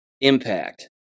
impact